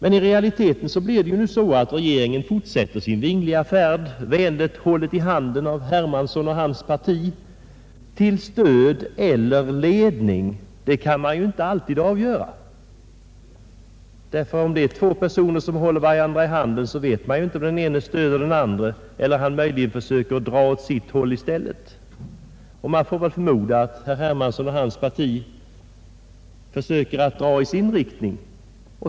I realiteten blir det nu så att regeringen fortsätter sin vingliga färd, vänligt hållen i handen av herr Hermansson och hans parti. Om det är till stöd eller ledning kan man inte alltid avgöra. Om två personer håller varandra i handen vet man inte om den ene stöder den andre eller möjligen försöker dra åt sitt håll i stället. Man får förmoda att herr Hermansson och hans parti försöker att dra i sin riktning.